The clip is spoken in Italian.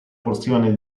porzione